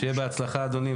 שיהיה בהצלחה, אדוני.